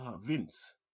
Vince